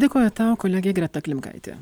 dėkoju tau kolegė greta klimkaitė